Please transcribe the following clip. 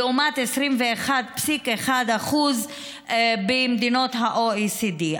לעומת 21.1% במדינות ה-OECD.